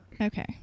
Okay